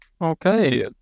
Okay